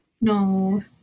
no